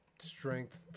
Strength